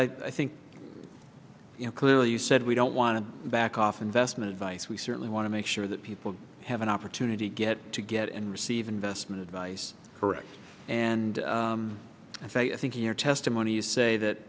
chambers i think you know clearly you said we don't want to back off investment advice we certainly want to make sure that people have an opportunity to get to get and receive investment advice correct and i think i think hear testimony say that